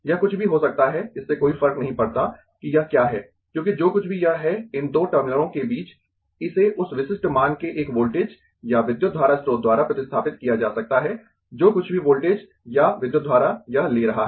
यह कुछ भी हो सकता है इससे कोई फर्क नहीं पड़ता कि यह क्या है क्योंकि जो कुछ भी यह है इन दो टर्मिनलों के बीच इसे उस विशिष्ट मान के एक वोल्टेज या विद्युत धारा स्रोत द्वारा प्रतिस्थापित किया जा सकता है जो कुछ भी वोल्टेज या विद्युत धारा यह ले रहा है